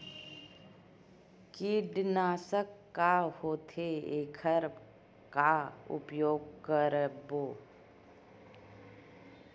कीटनाशक का होथे एखर का उपयोग करबो?